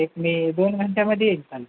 एक मी दोन घंट्यामध्ये येईल चालेल